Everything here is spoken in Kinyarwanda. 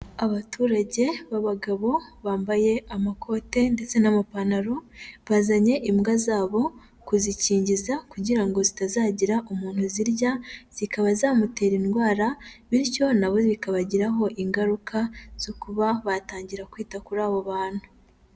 Abaturage b'abagabo bambaye amakote ndetse n'amapantalo, bazanye imbwa zabo kuzikingiza kugira ngo zitazagira umuntu zirya zikaba zamutera indwara, bityo na bo bikabagiraho ingaruka zo kuba batangira kwita kuri abo bantu.